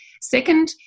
Second